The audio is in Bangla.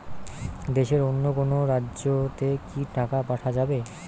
দেশের অন্য কোনো রাজ্য তে কি টাকা পাঠা যাবে?